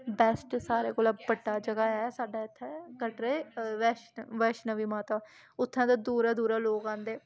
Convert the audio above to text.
best सारें कोला बड्डा जगह् ऐ साड्डा इत्थें कटरा बैश्ण बैश्णवी माता उत्थां ते दूरा दूरा लोक आंदे